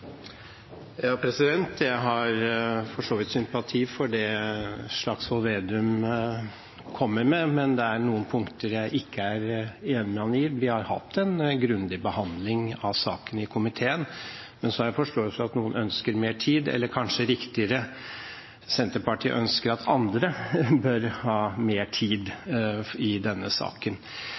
Jeg har for så vidt sympati for det Slagsvold Vedum kommer med, men det er noen punkter jeg ikke er enig med ham i. Vi har hatt en grundig behandling av saken i komiteen, men jeg har forståelse for at noen ønsker mer tid, eller kanskje riktigere: Senterpartiet ønsker at andre bør ha mer tid i denne saken.